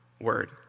word